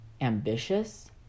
ambitious